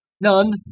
None